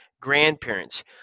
grandparents